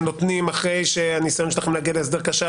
נותנים לאחר שהניסיון שלכם להגיע להסדר כשל,